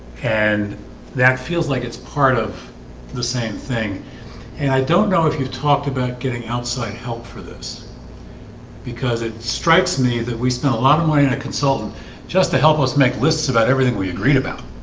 and that feels like it's part of the same thing and i don't know if you've talked about getting outside help for this because it strikes me that we smell a lot away in a consultant just to help us make lists about everything we agreed about